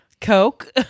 coke